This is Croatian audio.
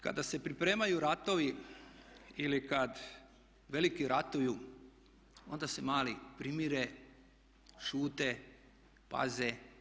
Kada se pripremaju ratovi ili kada veliki ratuju onda se mali primire, šute, paze.